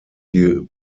die